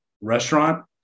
restaurant